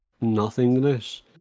nothingness